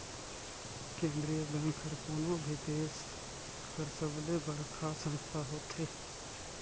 केंद्रीय बेंक हर कोनो भी देस कर सबले बड़खा संस्था होथे